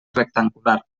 rectangular